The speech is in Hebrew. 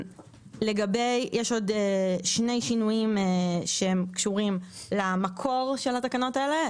יש עוד שינויים שקשורים למקור של התקנות האלו,